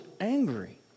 angry